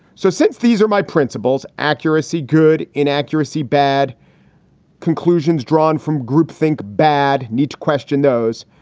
so since these are my principles, accuracy, good inaccuracy, bad conclusions drawn from groupthink, bad need to question those.